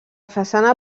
façana